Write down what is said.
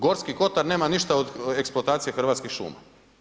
Gorski kotar nema ništa od eksploatacije hrvatskih šuma.